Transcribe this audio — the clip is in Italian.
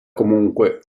comunque